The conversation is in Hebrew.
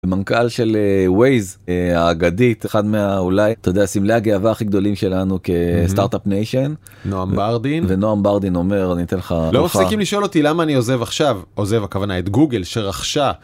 המנכ"ל של ווייז האגדית, אחד מאולי, אתה יודע, סמלי הגאווה הכי גדולים שלנו כסטארטאפ ניישן. נועם ברדין. ונועם ברדין אומר, אני אתן לך... לא מפסיקים לשאול אותי למה אני עוזב עכשיו, עוזב הכוונה את גוגל שרכשה